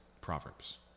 Proverbs